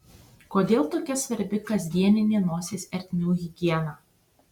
kodėl tokia svarbi kasdieninė nosies ertmių higiena